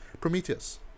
prometheus